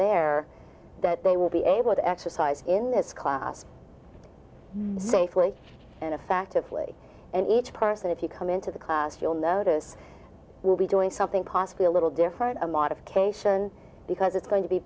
there that they will be able to exercise in this class safely and effectively and each person if you come into the class you'll notice will be doing something possibly a little different a modification because it's going to be